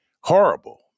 horrible